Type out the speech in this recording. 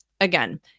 Again